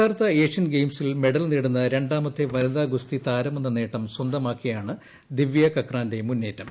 Jakarta Asian ഗെയിംസിൽ medal നേടുന്ന രണ്ടാമത്തെ വനിതാ ഗുസ്തി താരമെന്ന നേട്ടം സ്വന്തമാക്കിയാണ് ദിവ്യ കക്രാന്റെ മുന്നേറ്റം